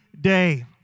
day